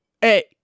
hey